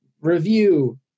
review